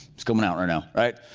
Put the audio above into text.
he's coming out right now, right?